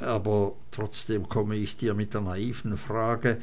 aber trotzdem komm ich dir mit der naiven frage